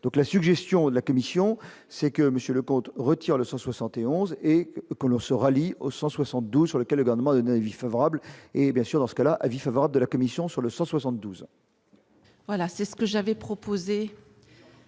donc la suggestion de la commission, c'est que Monsieur le comte retire le 171 et que l'on se rallie au 172 sur lequel également un avis favorable et, bien sûr, lorsque la avis favorable de la commission sur le 172. Voilà, c'est ce que j'avais proposé.